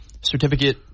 certificate